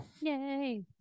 Yay